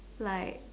like